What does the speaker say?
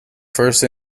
first